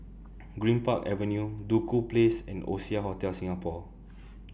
Greenpark Avenue Duku Place and Oasia Hotel Singapore